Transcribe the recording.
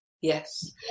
yes